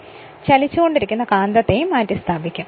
അതുപോലെ ചലിച്ചുക്കൊണ്ടിരിക്കുന്ന കാന്തത്തേയും മാറ്റി സ്ഥാപിക്കും